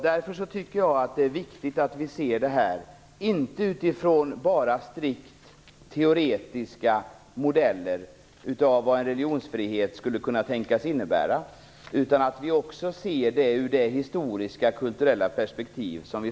Därför är det viktigt att vi ser detta, inte bara utifrån strikt teoretiska modeller av vad en religionsfrihet skulle tänkas innebära utan att vi också ser det ur ett historiskt och kulturellt perspektiv.